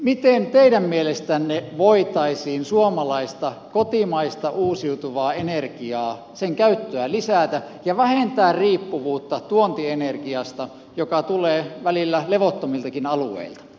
miten teidän mielestänne voitaisiin suomalaisen kotimaisen uusiutuvan energian käyttöä lisätä ja vähentää riippuvuutta tuontienergiasta joka tulee välillä levottomiltakin alueilta